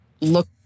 look